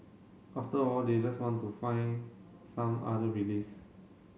after a while they just want to find some other release